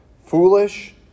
foolish